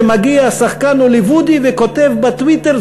כשמגיע שחקן הוליוודי וכותב בטוויטר: